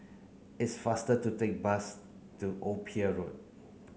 it's faster to take bus to Old Pier Road